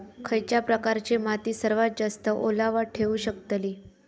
खयच्या प्रकारची माती सर्वात जास्त ओलावा ठेवू शकतली?